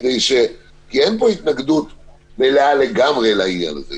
כי אין פה התנגדות מלאה לגמרי לעניין הזה,